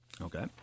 Okay